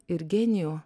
ir genijų